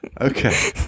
Okay